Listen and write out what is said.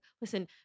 listen